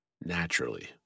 naturally